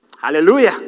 Hallelujah